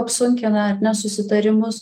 apsunkina nesusitarimus